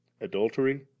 adultery